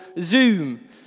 Zoom